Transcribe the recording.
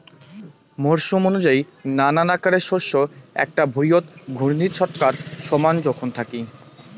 মরসুম অনুযায়ী নানান আকারের শস্য এ্যাকটা ভুঁইয়ত ঘূর্ণির ছচকাত সমান জোখন থাকি